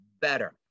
better